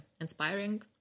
inspiring